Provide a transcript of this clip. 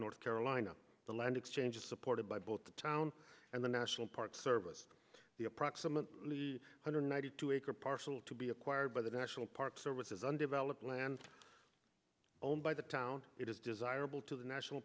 north carolina the land exchange is supported by both the town and the national park service the approximately two hundred ninety two acre parcel to be acquired by the national park service is undeveloped land owned by the town it is desirable to the national